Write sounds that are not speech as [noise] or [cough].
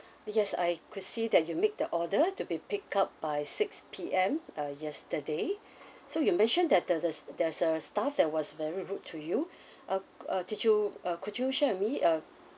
yes I could see that you make the order to be picked up by six P_M uh yesterday [breath] so you mentioned that the there's~ there's a staff that was very rude to you [breath] uh uh did you uh could you share with me uh